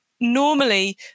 Normally